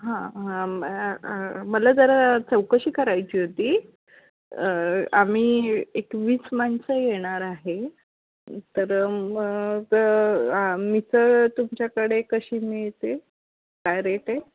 हां मला जरा चौकशी करायची होती आम्ही एकवीस माणसं येणार आहे तर मग मिसळ तुमच्याकडे कशी मिळते काय रेट आहे